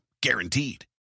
guaranteed